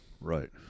Right